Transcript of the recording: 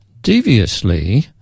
Deviously